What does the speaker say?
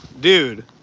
Dude